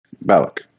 Balak